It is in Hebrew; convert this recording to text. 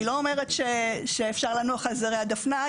אני לא אומרת שאפשר לנוח על זרי הדפנה,